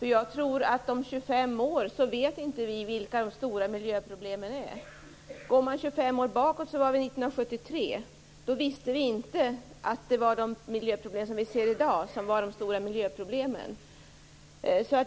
Jag tror att vi inte vet vilka de stora miljöproblemen är om 25 år. Går man 25 år tillbaka var det år 1973. Då visste vi inte att det var de miljöproblem vi ser i dag som skulle bli de stora miljöproblemen.